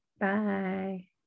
Bye